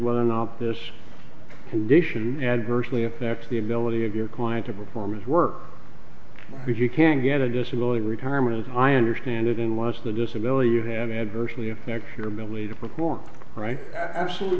whether or not this condition adversely affects the ability of your client to perform his work if you can get a disability retirement as i understand it unless the disability you have adversely affects your ability to perform right absolutely